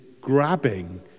grabbing